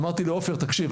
אמרתי לעופר: תקשיב,